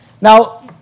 Now